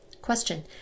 Question